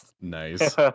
Nice